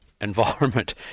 environment